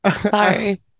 Sorry